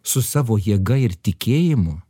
su savo jėga ir tikėjimu